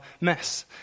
mess